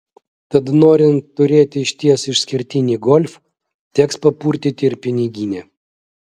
tad norint turėti išties išskirtinį golf teks papurtyti ir piniginę